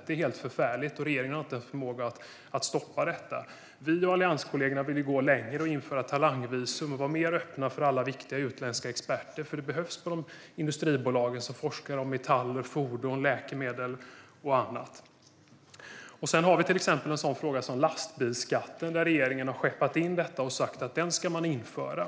Detta är helt förfärligt, och regeringen har inte förmågan att stoppa det. Vi och våra allianskollegor vill gå längre och införa talangvisum. Vi vill vara mer öppna för alla viktiga utländska experter, för de behövs på industribolagen där man forskar om metaller, fordon, läkemedel och annat. Sedan har vi en sådan sak som lastbilsskatten, som regeringen har sagt att man ska införa.